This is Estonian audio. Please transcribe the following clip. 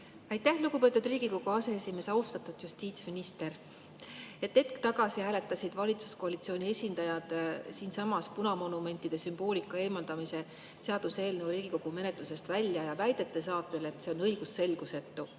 Aitäh, lugupeetud Riigikogu aseesimees! Austatud justiitsminister! Hetk tagasi hääletasid valitsuskoalitsiooni esindajad siinsamas punamonumentide sümboolika eemaldamise seaduseelnõu Riigikogu menetlusest välja selliste väidete saatel, et see on õigusselgusetu.